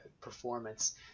performance